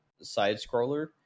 side-scroller